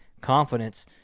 Confidence